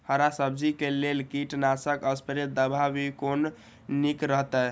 हरा सब्जी के लेल कीट नाशक स्प्रै दवा भी कोन नीक रहैत?